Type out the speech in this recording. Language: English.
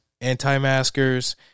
anti-maskers